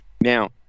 Now